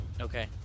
Okay